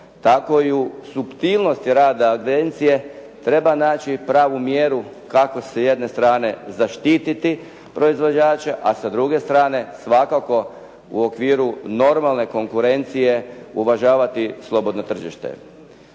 tako i u suptilnosti rada agencije treba naći pravu mjeru kako sa jedne strane zaštititi proizvođača, a sa druge strane svakako u okviru normalne konkurencije uvažavati slobodno tržište.